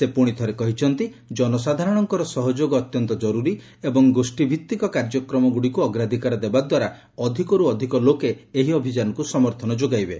ସେ ପୁଣିଥରେ କହିଛନ୍ତି ଜନସାଧାରଣଙ୍କର ସହଯୋଗ ଅତ୍ୟନ୍ତ ଜରୁରୀ ଏବଂ ଗୋଷ୍ଠୀଭିତ୍ତିକ କାର୍ଯ୍ୟକ୍ରମଗୁଡ଼ିକୁ ଅଗ୍ରାଧିକାର ଦେବାଦ୍ୱାରା ଅଧିକରୁ ଅଧିକ ଲୋକେ ଏହି ଅଭିଯାନକୁ ସମର୍ଥନ ଯୋଗାଇବେ